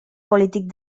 polític